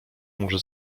może